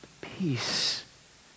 peace